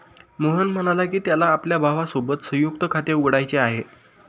मोहन म्हणाला की, त्याला आपल्या भावासोबत संयुक्त खाते उघडायचे आहे